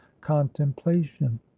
contemplation